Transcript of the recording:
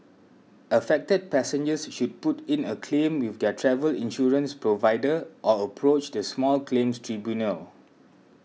affected passengers should put in a claim with their travel insurance provider or approach the small claims tribunal